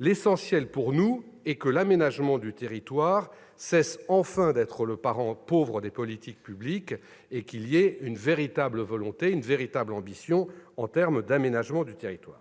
L'essentiel, pour nous, est que l'aménagement du territoire cesse enfin d'être le parent pauvre des politiques publiques et qu'il y ait une véritable volonté en termes d'aménagement du territoire.